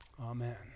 Amen